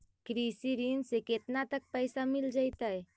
कृषि ऋण से केतना तक पैसा मिल जइतै?